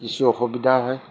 কিছু অসুবিধা হয়